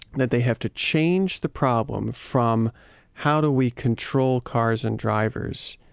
that they have to change the problem from how do we control cars and drivers?